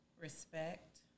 Respect